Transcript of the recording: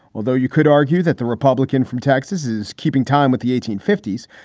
although you could argue that the republican from texas is keeping time with the eighteen fifties.